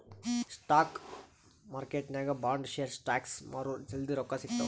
spot ಮಾರ್ಕೆಟ್ನಾಗ್ bond, share, stocks ಮಾರುರ್ ಜಲ್ದಿ ರೊಕ್ಕಾ ಸಿಗ್ತಾವ್